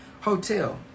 hotel